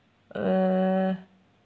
uh